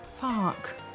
Fuck